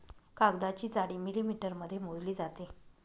कागदाची जाडी मिलिमीटरमध्ये मोजली जाते